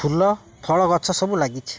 ଫୁଲ ଫଳ ଗଛ ସବୁ ଲାଗିଛି